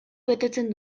betetzen